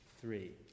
three